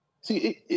See